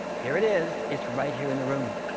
here it is. it's right here in the room.